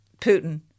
Putin